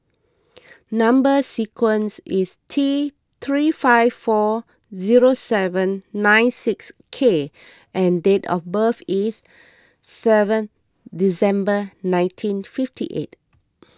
Number Sequence is T three five four zero seven nine six K and date of birth is seven December nineteen fifty eight